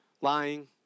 lying